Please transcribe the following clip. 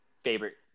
favorite